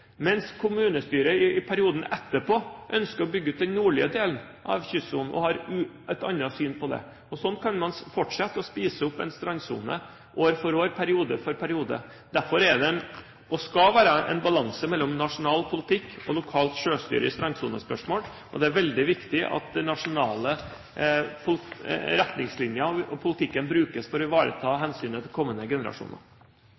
og har et annet syn på det. Og sånn kan man fortsette å spise opp en strandsone år for år, periode for periode. Derfor er det, og skal det være, en balanse mellom nasjonal politikk og lokalt selvstyre i strandsonespørsmål. Det er veldig viktig at det er nasjonale retningslinjer, og at politikken brukes for å ivareta